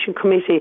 Committee